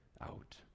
out